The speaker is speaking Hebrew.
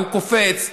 קופץ,